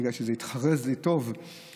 בגלל שזה התחרז לי טוב עם